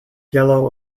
yellow